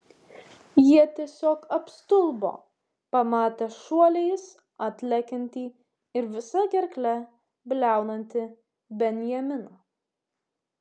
jie tiesiog apstulbo pamatę šuoliais atlekiantį ir visa gerkle bliaunantį benjaminą